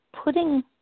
putting